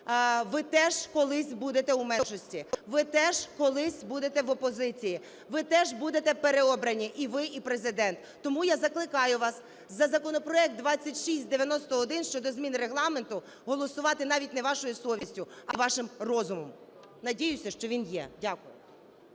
ви теж колись будете у меншості, ви теж колись будете в опозиції, ви теж будете переобрані: і ви, і Президент. Тому я закликаю вас за законопроект 2691 щодо змін Регламенту голосувати навіть не вашою совістю, а вашим розумом. Надіюся, що він є. Дякую.